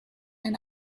and